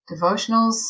devotionals